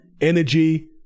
energy